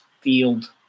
field